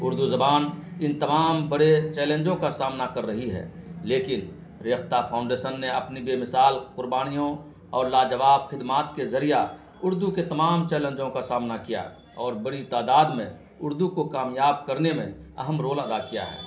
اردو زبان ان تمام بڑے چیلنجوں کا سامنا کر رہی ہے لیکن ریختہ فاؤنڈیشن نے اپنی بے مثال قربانیوں اور لاجواب خدمات کے ذریعہ اردو کے تمام چیلنجوں کا سامنا کیا اور بڑی تعداد میں اردو کو کامیاب کرنے میں اہم رول ادا کیا ہے